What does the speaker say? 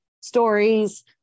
stories